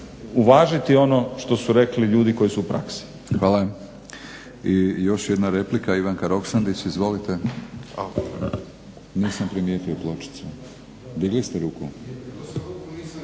uvažiti ono što su rekli ljudi koji su u praksi. **Batinić, Milorad (HNS)** Hvala. I još jedna replika, Ivanka Roksandić. Izvolite. Nisam primijetio pločicu. Digli ste ruku?